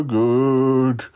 good